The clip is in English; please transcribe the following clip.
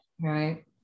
Right